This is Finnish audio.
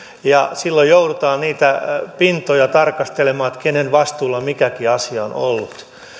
ja silloin joudutaan niitä pintoja tarkastelemaan kenen vastuulla mikäkin asia on ollut